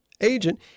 agent